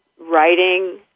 writing